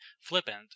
flippant